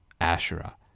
Asherah